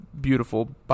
beautiful